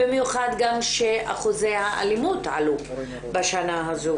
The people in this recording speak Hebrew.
במיוחד גם כשאחוזי האלימות עלו בשנה הזו.